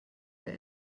der